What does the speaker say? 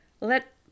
let